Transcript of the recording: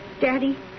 Daddy